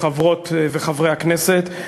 חברות וחברי הכנסת,